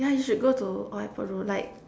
yeah you should go to old-airport-road like